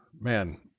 man